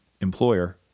employer